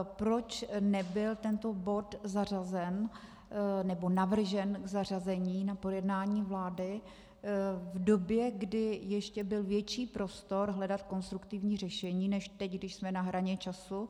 Proč nebyl tento bod zařazen nebo navržen k zařazení na projednání vlády v době, kdy byl ještě větší prostor hledat konstruktivní řešení než teď, když jsme na hraně času?